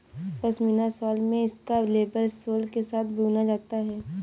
pashmina shawl में इसका label sole के साथ बुना जाता है